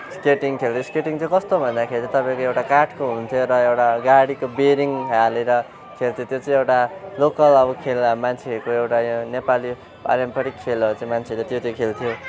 skating खेल skating चाहिँ कस्तो भन्दाखेरि तपाईँको एउटा काठको हुन्छ र एउटा गाडीको बेरिङ हालेर खेल्थ्यो त्यो चाहिँ एउटा लोकल अब खेल मान्छेहरूको एउटा यो नेपाली पारम्परिक खेलहरू चाहिँ मान्छेले त्यो चाहिँ खेल्थ्यो